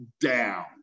down